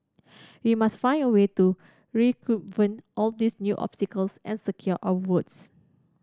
we must find a way to all these new obstacles and secure our votes